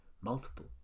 multiple